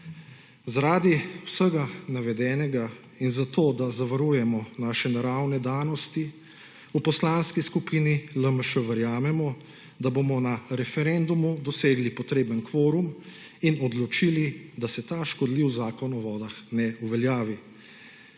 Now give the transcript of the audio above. Zaradi vsega navedenega in zato, da zavarujemo naše naravne danosti, v Poslanski skupini LMŠ verjamemo, da bomo na referendumu dosegli potreben kvorum in odločili, da se ta škodljiv Zakon o vodah ne uveljavi.